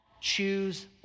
choose